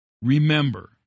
Remember